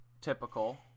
typical